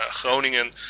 Groningen